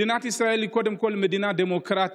מדינת ישראל היא קודם כול מדינה דמוקרטית,